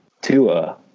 Tua